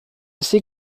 ses